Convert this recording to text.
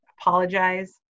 apologize